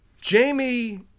Jamie